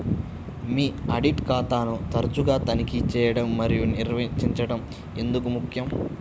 మీ audit ఖాతాను తరచుగా తనిఖీ చేయడం మరియు నిర్వహించడం ఎందుకు ముఖ్యం?